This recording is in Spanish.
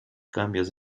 cambios